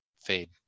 fade